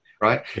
right